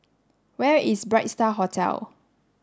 where is Bright Star Hotel